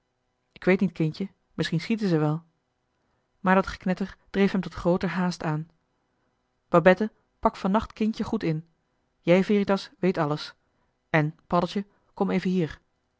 k weet niet kindje misschien schieten ze wel maar dat geknetter dreef hem tot grooter haast aan babette pak vannacht kindje goed in jij veritas weet alles en paddeltje kom even hier